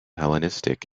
hellenistic